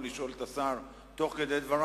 לשאול את השר על משהו תמוה תוך כדי דבריו,